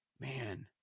man